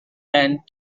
and